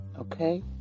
Okay